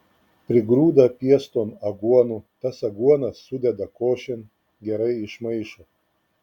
prigrūda pieston aguonų tas aguonas sudeda košėn gerai išmaišo